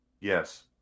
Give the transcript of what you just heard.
Yes